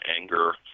anger